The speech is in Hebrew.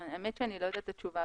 האמת היא שאני לא יודעת את התשובה.